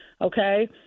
Okay